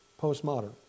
postmodern